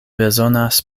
bezonas